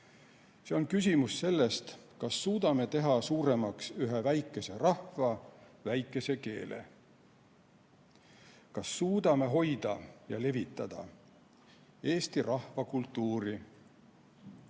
See on küsimus sellest, kas suudame teha suuremaks ühe väikese rahva väikese keele, kas suudame hoida ja levitada Eesti rahva kultuuri,